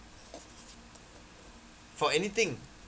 for anything